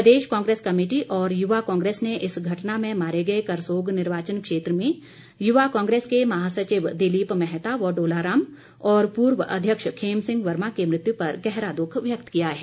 प्रदेश Congress committee और युवा कांग्रेस ने इस घटना में मारे गए करसोग निर्वाचन क्षेत्र में युवा कांग्रेस के महासचिव दिलीप मेहता व डोला राम और पूर्व अध्यक्ष खेम सिंह वर्मा की मृत्यु पर गहरा दुख व्यक्त किया है